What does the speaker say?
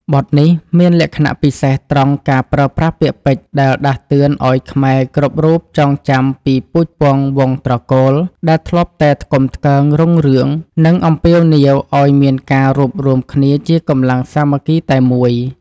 បទនេះមានលក្ខណៈពិសេសត្រង់ការប្រើប្រាស់ពាក្យពេចន៍ដែលដាស់តឿនឱ្យខ្មែរគ្រប់រូបចងចាំពីពូជពង្សវង្សត្រកូលដែលធ្លាប់តែថ្កុំថ្កើងរុងរឿង និងអំពាវនាវឱ្យមានការរួបរួមគ្នាជាកម្លាំងសាមគ្គីតែមួយ។